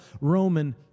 Roman